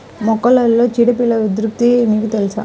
మొక్కలలో చీడపీడల ఉధృతి మీకు తెలుసా?